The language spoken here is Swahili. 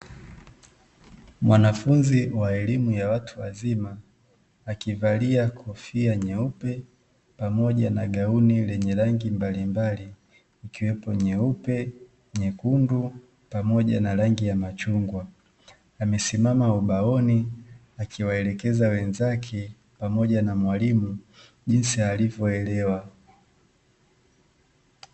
Mwanafunzi wa elimu ya watu wazima, akivalia kofia nyeupe, pamoja na gauni lenye rangi mbalimbali, ikiwepo nyeupe, nyekundu, pamoja na rangi ya machungwa, amesimama ubaoni akiwaelekeza wenzake pamoja na mwalimu jinsi alivyoelewa.